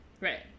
Right